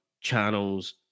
channels